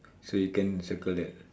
so you can circle that